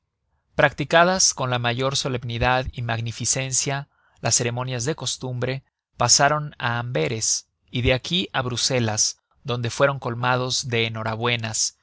practicadas con la mayor solemnidad y magnificencia las ceremonias de costumbre pasaron á amberes y de aqui á bruselas donde fueron colmados de enhorabuenas